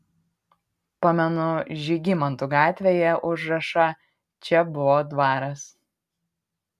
pamenu žygimantų gatvėje užrašą čia buvo dvaras